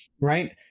Right